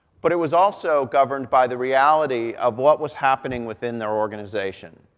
but it was also governed by the reality of what was happening within their organization.